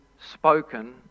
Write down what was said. spoken